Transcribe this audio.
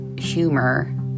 humor